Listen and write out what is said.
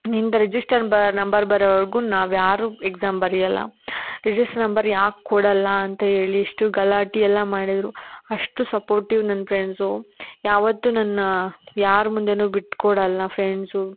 ನಿಂದು ರಿಜಿಸ್ಟರ್ ಬ ನಂಬರ್ ಬರೋವರ್ಗೂ ನಾವು ಯಾರೂ ಎಕ್ಸಾಮ್ ಬರ್ಯೋಲ್ಲ ರಿಜಿಸ್ಟರ್ ನಂಬರ್ ಯಾಕೆ ಕೊಡೋಲ್ಲ ಅಂತ ಹೇಳಿ ಇಷ್ಟು ಗಲಾಟೆಯೆಲ್ಲ ಮಾಡಿದರು ಅಷ್ಟು ಸಪೋರ್ಟಿವ್ ನನ್ನ ಫ್ರೆಂಡ್ಸು ಯಾವತ್ತೂ ನನ್ನ ಯಾರ ಮುಂದೆಯೂ ಬಿಟ್ಟು ಕೊಡೋಲ್ಲ ಫ್ರೆಂಡ್ಸು